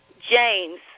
James